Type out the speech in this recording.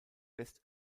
west